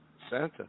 Santa